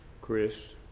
Chris